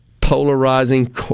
polarizing